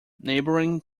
neighbouring